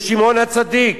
בשמעון-הצדיק.